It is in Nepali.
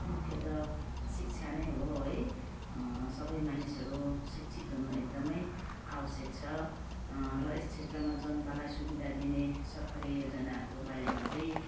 मुख्य त शिक्षा नै हो है सबै मानिसहरू शिक्षित हुनु एकदमै आवश्यक छ र यस क्षेत्रमा जनतालाई सुविधा दिने सरकारी योजनाहरूको बारेमा चाहिँ